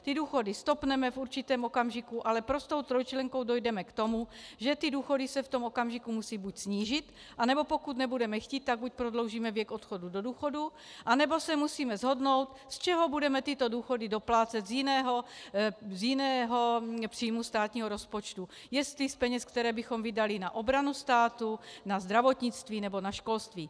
Ty důchody stopneme v určitém okamžiku, ale prostou trojčlenkou dojdeme k tomu, že důchody se v tom okamžiku musí buď snížit, anebo pokud nebudeme chtít, tak buď prodloužíme věk odchodu do důchodu, anebo se musíme shodnout, z čeho budeme tyto důchody doplácet z jiného příjmu státního rozpočtu jestli z peněz, které bychom vydali na obranu státu, na zdravotnictví nebo na školství.